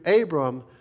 Abram